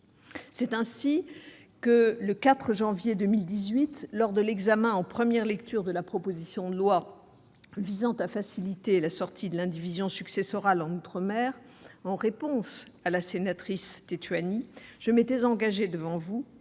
C'est ainsi que, le 4 janvier 2018, lors de l'examen en première lecture de la proposition de loi visant à faciliter la sortie de l'indivision successorale en outre-mer, je m'étais engagée devant vous,